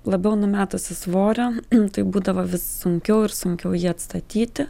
labiau numetusi svorio tai būdavo vis sunkiau ir sunkiau jį atstatyti